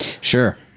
Sure